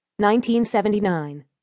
1979